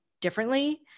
differently